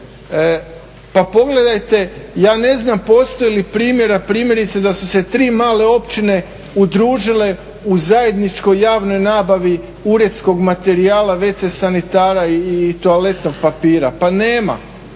pa pogledajte ja ne znam postoji li primjera primjerice da su se tri male općine udružile u zajedničkoj javnoj nabavi uredskog materijala, wc sanitara i toaletnog papira, pa nema.